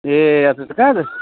ए अच्छा अच्छा कहाँ